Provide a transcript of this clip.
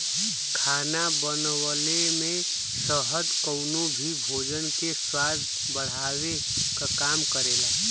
खाना बनवले में शहद कउनो भी भोजन के स्वाद बढ़ावे क काम करला